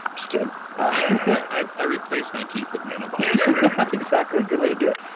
just kidding i replace my teeth with nanobots exactly. good way to do it.